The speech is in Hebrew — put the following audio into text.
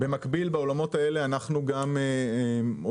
במקביל בעולמות האלה אנחנו גם עוסקים